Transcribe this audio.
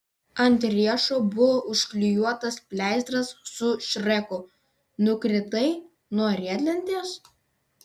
ant riešo buvo užklijuotas pleistras su šreku nukritai nuo riedlentės